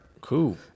Cool